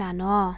no